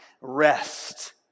rest